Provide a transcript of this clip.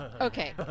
okay